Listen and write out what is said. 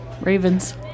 Ravens